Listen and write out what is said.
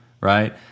right